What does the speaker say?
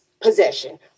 possession